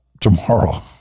tomorrow